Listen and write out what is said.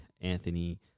Anthony